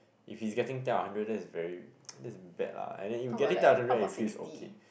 if he's getting ten out of hundred that is very that is bad lah and then if getting ten out of hundred it feels okay